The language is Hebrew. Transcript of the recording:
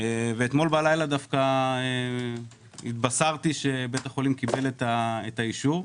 אתמול בלילה התבשרתי שבית החולים קיבל את האישור.